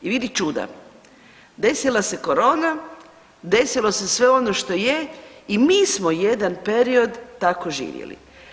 I vidi čuda, desila se korona, desilo se sve ono što je i mi smo jedan period tako živjeli.